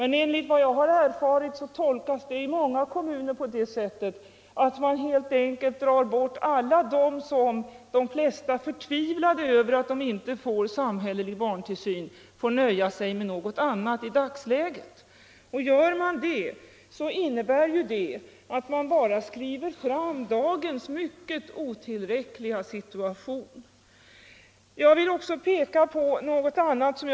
Efter vad jag har erfarit tolkas det i många kommuner på det sättet att man helt enkelt drar bort alla som i dagsläget inte får samhällelig barntillsyn utan får nöja sig med något annat — och som i de flesta fall är förtvivlade häröver. Gör kommunerna på det sättet bibehålls bara dagens mycket otillräckliga resurser — det blir ingen höjning av ambitionsnivån.